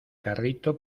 carrito